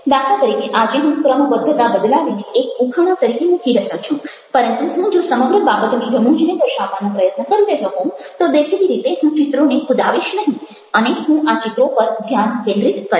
દાખલા તરીકે આજે હું ક્રમબદ્ધતા બદલાવીને એક ઉખાણા તરીકે મૂકી રહ્યો છું પરંતુ હું જો સમગ્ર બાબતની રમૂજને દર્શાવવાનો પ્રયત્ન કરી રહ્યો હોઉં તો દેખીતી રીતે હું ચિત્રોને કૂદાવીશ નહિ અને હું આ ચિત્રો પર ધ્યાન કેન્દ્રિત કરીશ